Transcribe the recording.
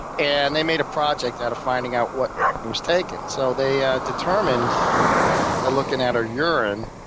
and they made a project out of finding out what was taking. so they ah determined, by looking at her urine,